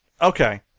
okay